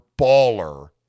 baller